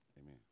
amen